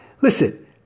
listen